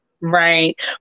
Right